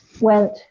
went